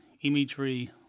imagery